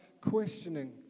questioning